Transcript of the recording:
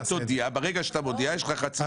תודיע, מהרגע שאתה מודיע יש לך חצי שעה.